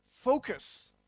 Focus